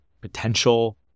potential